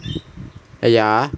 !aiya!